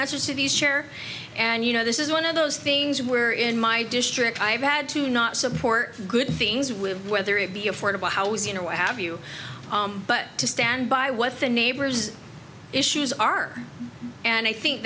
answers to these share and you know this is one of those things where in my district i've had to not support good things with whether it be affordable housing or what have you but to stand by what the neighbors issues are and i think